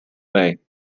lay